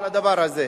של הדבר הזה,